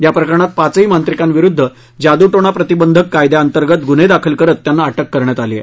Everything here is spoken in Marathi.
याप्रकरणात पाचही मांत्रिकांविरुद्ध जादूटोणा प्रतिबंधक कायद्याअंतर्गत गुन्हे दाखल करत त्यांना अटक करण्यात आली आहे